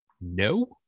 No